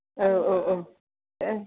औ औ औ दे